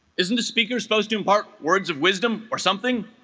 isn't a speaker supposed to impart words of wisdom or something